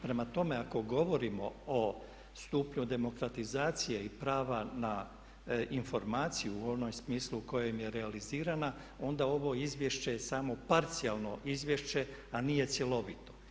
Prema tome, ako govorimo o stupnju demokratizacije i prava na informaciju u onom smislu u kojem je realizirana onda ovo izvješće je samo parcijalno izvješće a nije cjelovito.